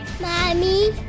Mommy